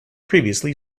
previously